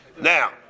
now